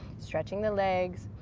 stretching the legs,